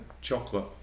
chocolate